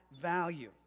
value